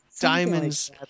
diamonds